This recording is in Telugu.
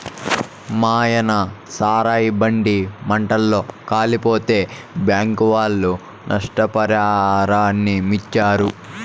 మాయన్న సారాయి బండి మంటల్ల కాలిపోతే బ్యాంకీ ఒళ్ళు నష్టపరిహారమిచ్చారు